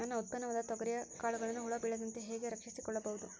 ನನ್ನ ಉತ್ಪನ್ನವಾದ ತೊಗರಿಯ ಕಾಳುಗಳನ್ನು ಹುಳ ಬೇಳದಂತೆ ಹೇಗೆ ರಕ್ಷಿಸಿಕೊಳ್ಳಬಹುದು?